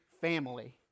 family